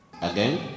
again